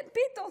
כן, פיתות.